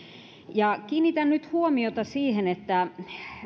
kiinnitän nyt huomiota siihen että